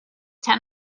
ten